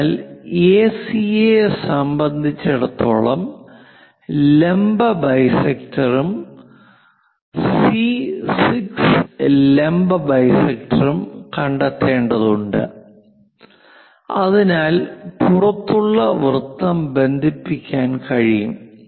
അതിനാൽ എസി യെ സംബന്ധിച്ചിടത്തോളം ലംബ ബൈസെക്ടറും സി 6 ലംബ ബൈസെക്ടറും കണ്ടെത്തേണ്ടതുണ്ട് അതിനാൽ പുറത്തുള്ള വൃത്തം ബന്ധിപ്പിക്കാൻ കഴിയും